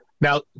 Now